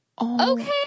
okay